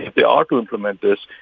if they are to implement this,